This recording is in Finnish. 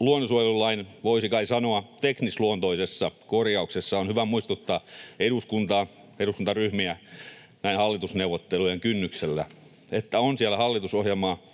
luonnonsuojelulain, voisi kai sanoa, teknisluontoisen korjauksen yhteydessä on hyvä muistuttaa eduskuntaa ja eduskuntaryhmiä näin hallitusneuvottelujen kynnyksellä, että ovat siellä hallitusohjelmaa